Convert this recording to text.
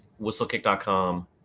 whistlekick.com